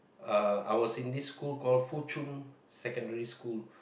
uh I was in this school called Fuchun Secondary School